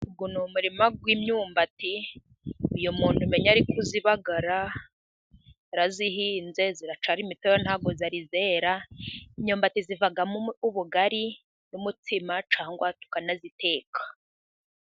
Uyu ni umurima w'imyumbati uyu muntu umenya ari kuyibagara yarayihinze iracyari mitoya ntabwo irera. Imyumbati ivamo ubugari n'umutsima cyangwa tukanayiteka.